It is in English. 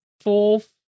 fourth